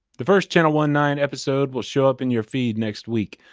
the first channel one-nine episode will show up in your feed next week,